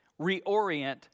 reorient